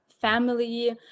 family